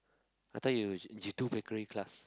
I thought you you do bakery class